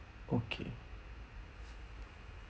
okay